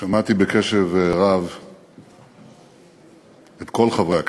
שמעתי בקשב רב את כל חברי הכנסת,